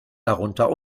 darunter